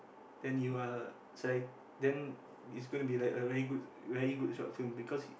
then you are sele~ then is going to be like a very good very good short film because